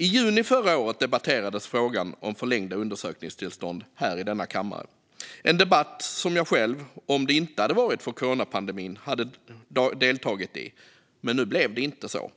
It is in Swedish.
I juni förra året debatterades frågan om förlängda undersökningstillstånd här i denna kammare. Det var en debatt som jag själv hade deltagit i om det inte hade varit för coronapandemin. Nu blev det inte så.